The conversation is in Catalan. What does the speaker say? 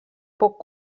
poc